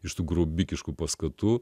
iš tų grobikiškų paskatų